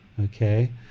okay